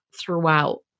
throughout